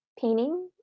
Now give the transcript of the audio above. painting